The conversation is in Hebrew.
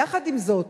יחד עם זאת,